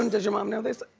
um does your mom know this,